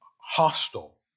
hostile